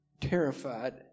terrified